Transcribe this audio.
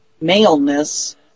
maleness